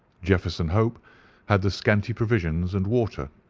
jefferson hope had the scanty provisions and water,